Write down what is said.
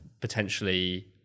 potentially